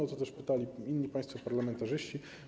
O to też pytali inni państwo parlamentarzyści.